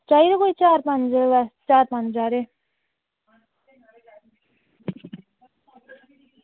चाहिदे कोई चार पंज चार पंज हारे